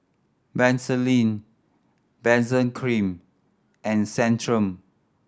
Vaselin Benzac Cream and Centrum